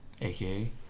Aka